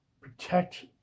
protect